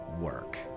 work